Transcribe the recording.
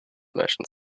merchant